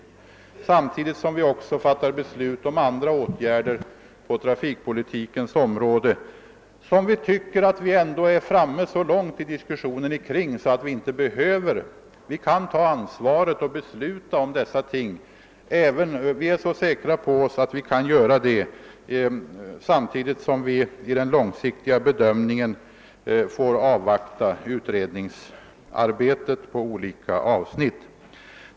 Samtidigt fattar vi beslut om andra åtgärer på trafikpolitikens område, när vi anser oss vara så långt framme i diskussionen kring dem att vi kan ta ansvaret för ett beslut, även om vi i fråga om den långsiktiga bedömningen får avvakta utredningsarbetet i olika avsnitt.